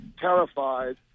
terrified